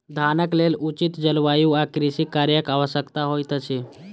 धानक लेल उचित जलवायु आ कृषि कार्यक आवश्यकता होइत अछि